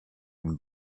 une